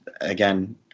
again